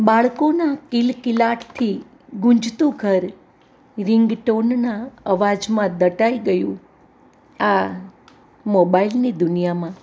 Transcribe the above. બાળકોના કિલકિલાટથી ગુજતું ઘર રિંગટોનના અવાજમાં દટાઈ ગયું આ મોબાઇલની દુનિયામાં